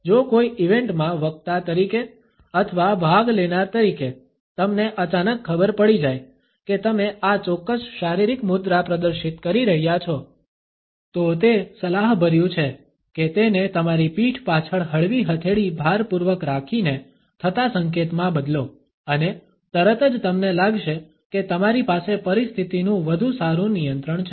જો કોઈ ઇવેન્ટ માં વક્તા તરીકે અથવા ભાગ લેનાર તરીકે તમને અચાનક ખબર પડી જાય કે તમે આ ચોક્કસ શારીરિક મુદ્રા પ્રદર્શિત કરી રહ્યા છો તો તે સલાહભર્યું છે કે તેને તમારી પીઠ પાછળ હળવી હથેળી ભારપૂર્વક રાખીને થતા સંકેતમાં બદલો અને તરત જ તમને લાગશે કે તમારી પાસે પરિસ્થિતિનું વધુ સારું નિયંત્રણ છે